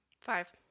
Five